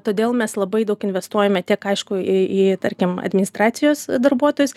todėl mes labai daug investuojame tiek aišku į į tarkim administracijos darbuotojus